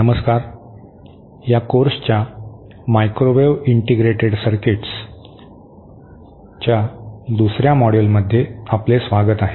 नमस्कार या कोर्सच्या मायक्रोवेव्ह इंटिग्रेटेड सर्किट्सच्या दुसर्या मॉड्यूलमध्ये आपले स्वागत आहे